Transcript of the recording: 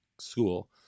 school